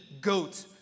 goat